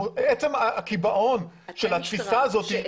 עצם הקיבעון של התפיסה הזאת, בעיניי זה מסוכן.